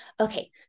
Okay